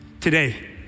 today